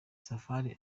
safari